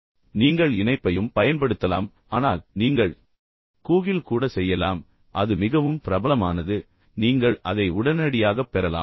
நான் இணைப்பை இங்கே வைத்துள்ளேன் நீங்கள் இணைப்பையும் பயன்படுத்தலாம் ஆனால் நீங்கள் கூகிள் கூட செய்யலாம் அது மிகவும் பிரபலமானது நீங்கள் அதை உடனடியாகப் பெறலாம்